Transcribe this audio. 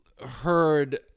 heard